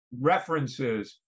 references